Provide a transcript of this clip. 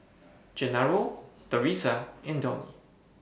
Genaro Theresa and Donie